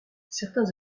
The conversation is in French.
certains